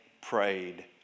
prayed